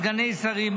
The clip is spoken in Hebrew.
סגני שרים,